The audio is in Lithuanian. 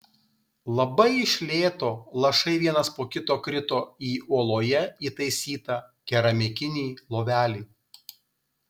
labai iš lėto lašai vienas po kito krito į uoloje įtaisytą keramikinį lovelį